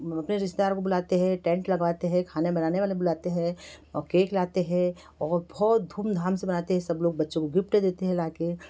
अपने रिश्तेदारों को बुलाते हैं टेंट लगवाते हैं खाना बनाने वाले बुलाते हैं और केक लाते हैं और बहुत धूम धाम से मनाते हैं सब लोग बच्चे को गिफ्ट देते हैं लाके